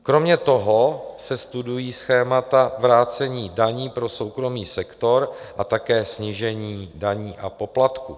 Kromě toho se studují schémata vrácení daní pro soukromý sektor a také snížení daní a poplatků.